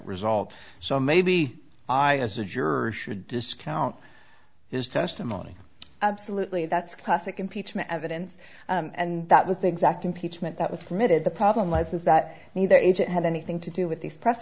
result so maybe i was a juror should discount his testimony absolutely that's classic impeachment evidence and that with the exact impeachment that was committed the problem lies is that neither agent had anything to do with these press